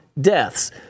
deaths